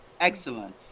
excellent